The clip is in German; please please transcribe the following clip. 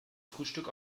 frühstück